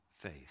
faith